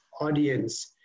audience